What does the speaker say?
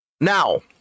Now